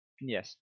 Yes